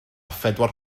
phedwar